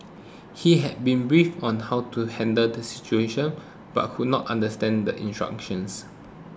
he had been briefed on how to handle the situation but could not understand the instructions